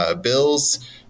bills